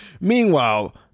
Meanwhile